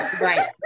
Right